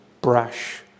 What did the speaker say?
brash